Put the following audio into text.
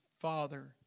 father